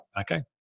Okay